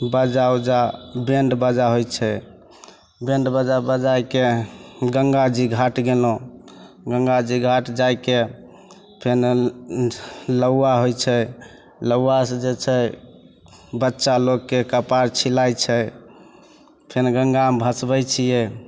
बाजा उजा band band बाजा होइ छै बैण्ड बाजा बजैके गङ्गाजी घाट गेलहुँ गङ्गाजी घाट जाके फेर ओ नौआ होइ छै नौआसे जे छै बच्चा लोकके कपार छिलाइ छै फेर गङ्गामे भसबै छिए